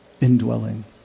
indwelling